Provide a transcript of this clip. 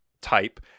type